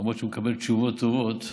למרות שהוא מקבל תשובות טובות,